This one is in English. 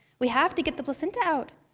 we have to get the placenta out.